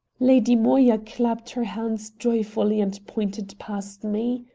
lady moya clapped her hands joyfully and pointed past me.